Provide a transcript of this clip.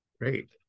Great